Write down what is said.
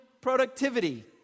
productivity